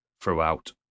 throughout